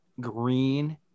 green